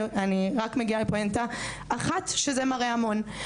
אני רק מגיעה לפואנטה אחת שזה מראה המון,